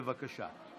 בבקשה.